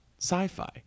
sci-fi